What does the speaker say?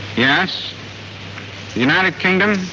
yes united kingdom,